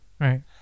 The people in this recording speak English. Right